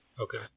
Okay